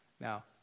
Now